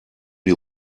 die